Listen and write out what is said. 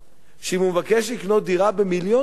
שאם הוא מבקש לקנות דירה במיליון שקל,